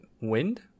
wind